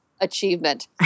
achievement